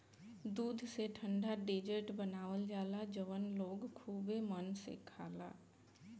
दूध से ठंडा डेजर्ट बनावल जाला जवन लोग खुबे मन से खाला